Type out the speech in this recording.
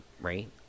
Right